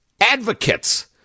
advocates